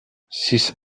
six